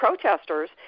protesters